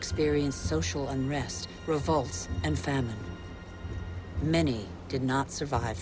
experienced social unrest revolts and famine many did not survive